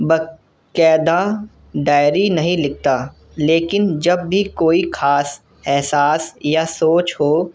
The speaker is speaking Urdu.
باقائدہ ڈائری نہیں لکھتا لیکن جب بھی کوئی خاص احساس یا سوچ ہو